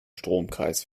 stromkreis